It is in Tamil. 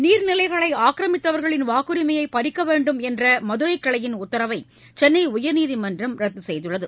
நீர்நிலைகளை ஆக்கிரமித்தவர்களின் வாக்குரிமையை பறிக்க வேண்டும் என்ற மதுரை கிளையின் உத்தரவை சென்னை உயர்நீதிமன்றம் ரத்து செய்துள்ளது